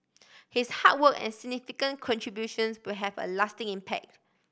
his hard work and significant contributions will have a lasting impact